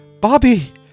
Bobby